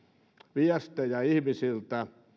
viestejä ihmisiltä